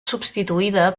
substituïda